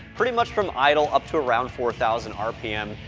pretty much from idle up to around four thousand rpm,